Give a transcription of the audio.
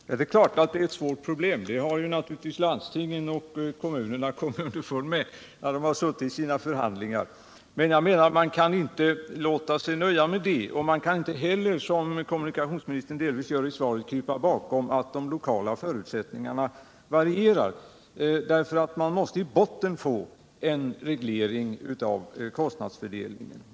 Herr talman! Det är klart att det är ett svårt problem — och detta har naturligtvis landstingen och kommunerna kommit underfund med vid sina förhandlingar — men jag menar att man inte kan låta sig nöja med det konstaterandet. Man kan inte heller, som kommunikationsministern delvis gör i svaret, krypa bakom det faktum att de lokala förutsättningarna varierar. Därför måste man i botten få en reglering av kostnadsfördelningen.